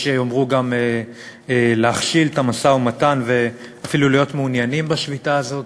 יש שיאמרו גם להכשיל את המשא-ומתן ואפילו להיות מעוניינים בשביתה הזאת.